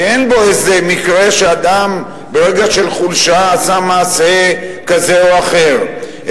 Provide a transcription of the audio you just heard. כי אין בו איזה מקרה שאדם ברגע של חולשה עשה מעשה כזה או אחר,